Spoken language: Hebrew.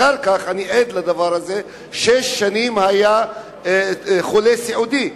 אחר כך שש שנים הוא היה חולה סיעודי,